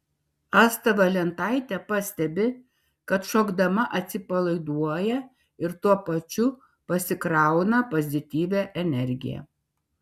asta valentaitė pastebi kad šokdama atsipalaiduoja ir tuo pačiu pasikrauna pozityvia energija